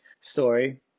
story